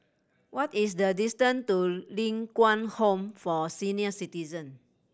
what is the distance to Ling Kwang Home for Senior Citizen